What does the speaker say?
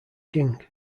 king